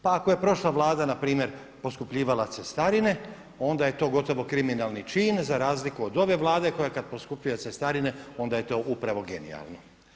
Pa ako je prošla Vlada npr. poskupljivala cestarine onda je to gotovo kriminalni čin za razliku od ove Vlade koja kada poskupljuje cestarine onda je to upravo genijalno.